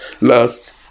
last